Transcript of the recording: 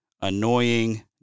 annoying